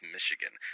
Michigan